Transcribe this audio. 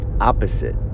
opposite